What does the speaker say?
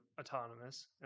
autonomous